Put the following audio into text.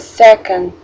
second